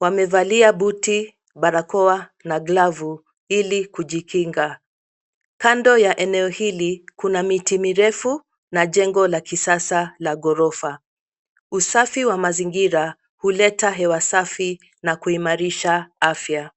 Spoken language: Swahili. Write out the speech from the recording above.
Wamevalia buti, barakoa, na glavu, ili kujikinga. Kando ya eneo hili, kuna miti mirefu, na jengo la kisasa la ghorofa. Usafi wa mazingira, huleta hewa safi, na kuimarisha afya.